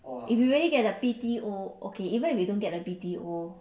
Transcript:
if we really get the B_T_O okay even if we don't get the B_T_O